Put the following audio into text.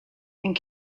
and